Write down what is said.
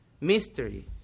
mystery